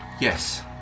Yes